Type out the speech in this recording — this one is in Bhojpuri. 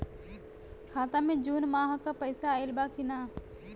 खाता मे जून माह क पैसा आईल बा की ना?